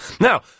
Now